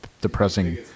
depressing